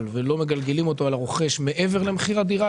ולא מגלגלים אותם על הרוכש מעבר למחיר הדירה,